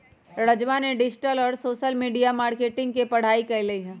राजवा ने डिजिटल और सोशल मीडिया मार्केटिंग के पढ़ाई कईले है